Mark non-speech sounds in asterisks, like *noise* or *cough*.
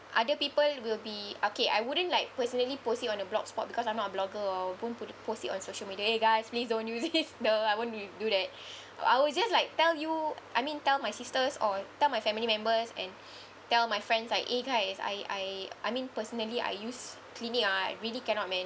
other people will be okay I wouldn't like personally post it on a blog spot because I'm not a blogger or p~ put post it on social media eh guys please don't use this *laughs* the I wouldn't y~ do that but I will just like tell you I mean tell my sisters or tell my family members and *breath* tell my friends like eh guys I I I mean personally I use Clinique ah I really cannot man